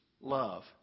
Love